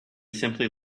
simply